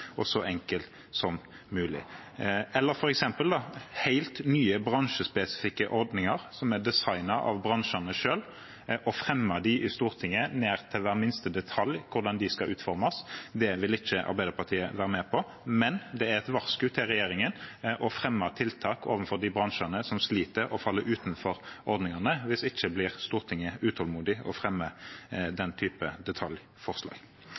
og så enkel som mulig. Eller f.eks. når det gjelder helt nye bransjespesifikke ordninger som er designet av bransjene selv: Det å fremme dem i Stortinget og ned til hver minste detalj bestemme hvordan de skal utformes, vil ikke Arbeiderpartiet være med på. Men det er et varsku til regjeringen om å fremme tiltak overfor de bransjene som sliter, og som faller utenfor ordningene. Hvis ikke blir Stortinget utålmodig og fremmer den type detaljforslag.